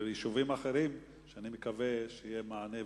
וביישובים אחרים, ואני מקווה שיהיו מענה ותשובה.